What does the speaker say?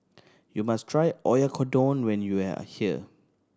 you must try Oyakodon when you are here